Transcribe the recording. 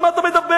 על מה אתה מדבר?